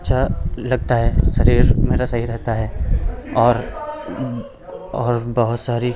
अच्छा लगता है शरीर मेरा सही रहता है और और बहुत सारी